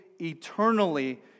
Eternally